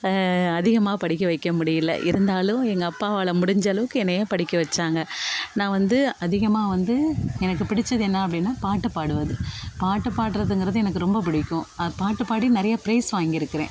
அதிகமாக படிக்க வைக்க முடியல இருந்தாலும் எங்கள் அப்பாவால் முடிஞ்ச அளவுக்கு என்னை படிக்க வைச்சாங்க நான் வந்து அதிகமாக வந்து எனக்கு பிடித்தது என்ன அப்படின்னா பாட்டுப் பாடுவது பாட்டுப் பாடுறதுங்கிறது எனக்கு ரொம்ப பிடிக்கும் பாட்டு பாடி நிறையா ப்ரைஸ் வாங்கிருக்கிறேன்